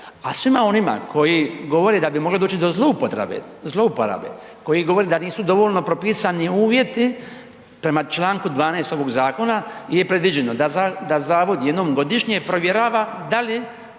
A svima onima koji govore da bi moglo doći do zlouporabe, koji govore da nisu dovoljno propisani uvjeti, prema članku 12. ovog zakona je predviđeno da zavod jednom godišnje provjerava da li